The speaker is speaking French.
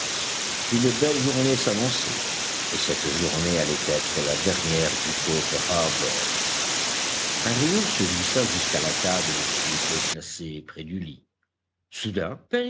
une belle journée s'annonçait et cette journée allait être la dernière du pauvre harbert un rayon se glissa jusqu'à la table qui était placée près du lit soudain